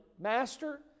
Master